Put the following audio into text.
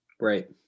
Right